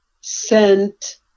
sent